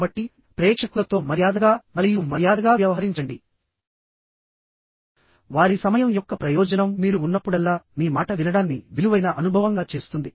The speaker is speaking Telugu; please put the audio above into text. కాబట్టి ప్రేక్షకులతో మర్యాదగా మరియు మర్యాదగా వ్యవహరించండి వారి సమయం యొక్క ప్రయోజనం మీరు ఉన్నప్పుడల్లా మీ మాట వినడాన్ని విలువైన అనుభవంగా చేస్తుంది